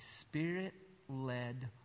Spirit-led